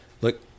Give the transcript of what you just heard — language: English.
look